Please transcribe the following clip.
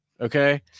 Okay